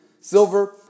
Silver